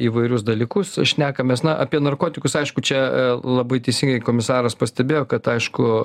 įvairius dalykus šnekamės na apie narkotikus aišku čia e labai teisingai komisaras pastebėjo kad aišku